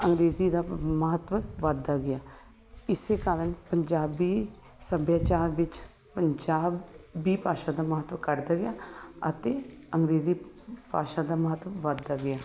ਅੰਗਰੇਜ਼ੀ ਦਾ ਮਹੱਤਵ ਵੱਧਦਾ ਗਿਆ ਇਸ ਕਾਰਨ ਪੰਜਾਬੀ ਸੱਭਿਆਚਾਰ ਵਿੱਚ ਪੰਜਾਬੀ ਭਾਸ਼ਾ ਦਾ ਮਹੱਤਵ ਘਟਦਾ ਗਿਆ ਅਤੇ ਅੰਗਰੇਜ਼ੀ ਭਾਸ਼ਾ ਦਾ ਮਹੱਤਵ ਵੱਧਦਾ ਗਿਆ